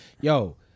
yo